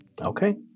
Okay